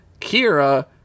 Kira